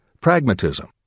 Pragmatism